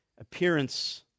appearance